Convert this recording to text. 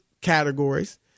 categories